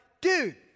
dude